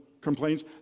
complaints